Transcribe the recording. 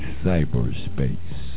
cyberspace